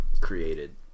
created